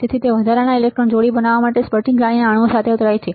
તેઓ વધારાની ઇલેક્ટ્રોન જોડી બનાવવા માટે સ્ફટિક જાળીના અણુઓ સાથે અથડાય છે